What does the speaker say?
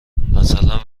مثلا